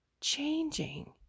changing